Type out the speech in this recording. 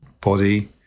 body